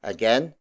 Again